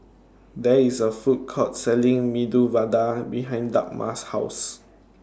There IS A Food Court Selling Medu Vada behind Dagmar's House